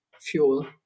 fuel